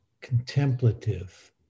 contemplative